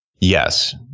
yes